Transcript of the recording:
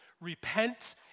Repent